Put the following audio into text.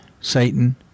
Satan